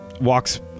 walks